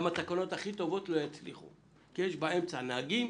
גם התקנות הכי טובות לא תצלחנה כי יש באמצע נהגים,